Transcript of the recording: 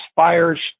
fires